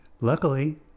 luckily